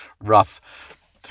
Rough